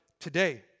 today